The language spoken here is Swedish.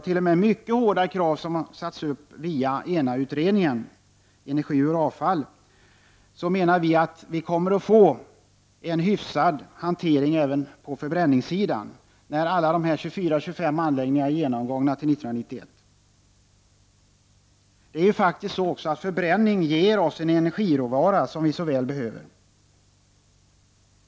Men med de mycket hårda krav som har satts upp via ENA-utredningen — energi ur avfall — kommer hanteringen även på förbränningssidan att vara hyfsad, när alla de 24-25 anläggningarna är genomgångna till 1991. Förbränningen ger också en energiråvara som behövs mycket väl.